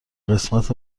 قسمت